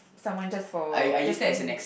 someone just for just